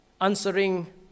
answering